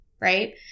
right